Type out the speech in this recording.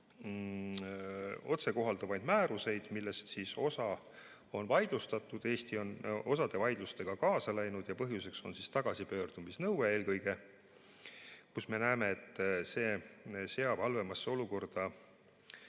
otsekohalduvaid määruseid, millest osa on vaidlustatud. Eesti on osa vaidlustega kaasa läinud ja põhjuseks on eelkõige tagasipöördumise nõue, sest me näeme, et see seab halvemasse olukorda